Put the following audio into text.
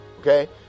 Okay